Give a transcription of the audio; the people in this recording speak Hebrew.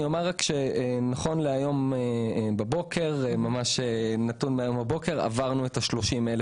נכון להיום בבוקר עברנו את 30,000